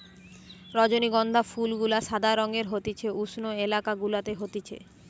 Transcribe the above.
রজনীগন্ধা ফুল গুলা সাদা রঙের হতিছে উষ্ণ এলাকা গুলাতে হতিছে